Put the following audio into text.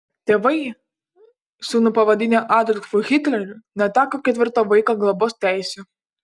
tėvai sūnų pavadinę adolfu hitleriu neteko ketvirto vaiko globos teisių